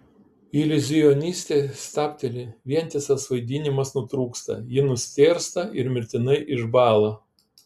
iliuzionistė stabteli vientisas vaidinimas nutrūksta ji nustėrsta ir mirtinai išbąla